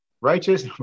righteous